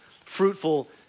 fruitful